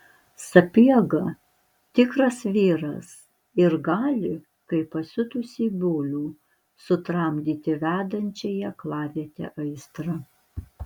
sapiega tikras vyras ir gali kaip pasiutusį bulių sutramdyti vedančią į aklavietę aistrą